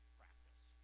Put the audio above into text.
practice